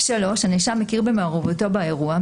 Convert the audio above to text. הנאשם מכיר במעורבותו באירוע,